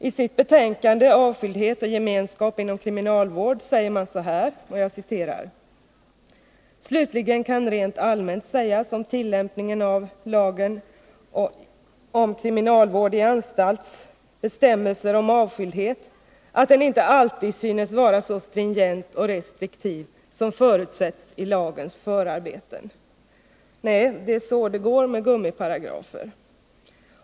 I sitt betänkande Avskildhet och gemenskap inom kriminalvården säger man så här: ”Slutligen kan rent allmänt sägas om tillämpningen av Kval:s bestämmelser om avskildhet att den inte alltid synes vara så stringent och restriktiv, som förutsätts i lagens förarbeten.” Nej — det är så det går med gummiparagrafer.